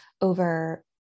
over